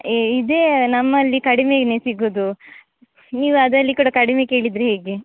ಇದೆ ನಮ್ಮಲ್ಲಿ ಕಡಿಮೇನೆ ಸಿಗೋದು ನೀವು ಅದರಲ್ಲಿ ಕೂಡ ಕಡಿಮೆ ಕೇಳಿದರೆ ಹೇಗೆ